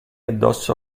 addosso